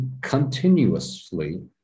continuously